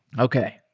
okay.